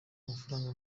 amafaranga